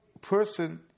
person